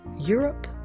Europe